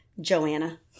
Joanna